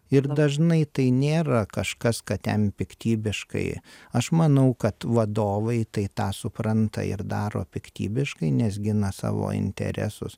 ir dažnai tai nėra kažkas kad ten piktybiškai aš manau kad vadovai tai tą supranta ir daro piktybiškai nes gina savo interesus